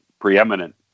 preeminent